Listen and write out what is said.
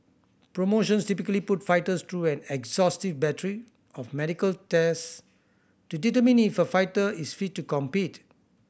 promotions typically put fighters through an exhaustive battery of medical tests to determine if a fighter is fit to compete